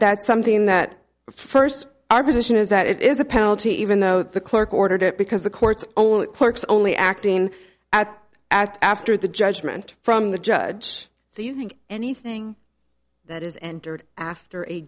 that's something that first our position is that it is a penalty even though the clerk ordered it because the court's own clerks only acting at act after the judgment from the judge so you think anything that is entered after a